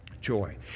Joy